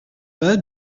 pas